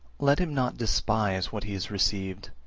let him not despise what he has received,